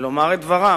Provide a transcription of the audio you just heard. ולומר את דברם.